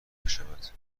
بشود